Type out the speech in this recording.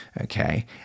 Okay